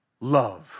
Love